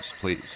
please